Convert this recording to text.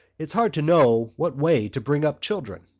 it's hard to know what way to bring up children.